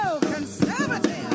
conservative